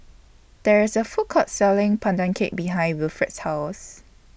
There IS A Food Court Selling Pandan Cake behind Wilfred's House